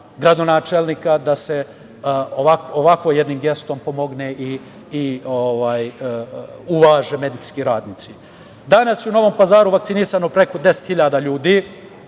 gradonačelnika da se ovakvim jednim gestom pomogne i uvaže medicinski radnici. Danas u Novom Pazaru vakcinisano je preko 10.000 ljudi,